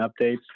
updates